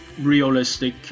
realistic